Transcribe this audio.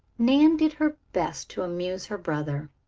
nan did her best to amuse her brother.